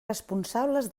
responsables